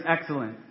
excellent